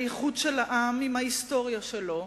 האיחוד של העם עם ההיסטוריה שלו,